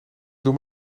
doe